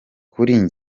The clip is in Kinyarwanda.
kuri